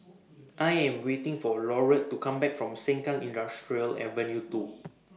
I Am waiting For Laurette to Come Back from Sengkang Industrial Ave two